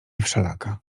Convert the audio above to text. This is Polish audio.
wszelaka